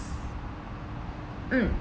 mm